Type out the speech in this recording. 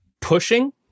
Pushing